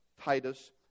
Titus